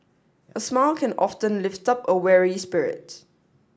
a smile can often lift up a weary spirit